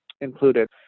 included